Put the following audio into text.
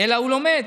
אלא הוא לומד.